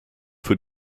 für